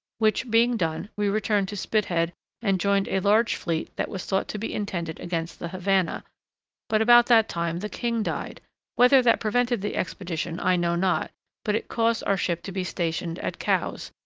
which being done, we returned to spithead and joined a large fleet that was thought to be intended against the havannah but about that time the king died whether that prevented the expedition i know not but it caused our ship to be stationed at cowes,